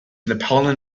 napoleon